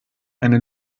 eine